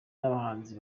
n’abahanzi